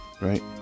right